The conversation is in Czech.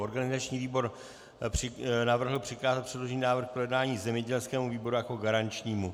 Organizační výbor navrhl přikázat předložený návrh k projednání zemědělskému výboru jako garančnímu.